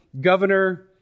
governor